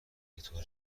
بطور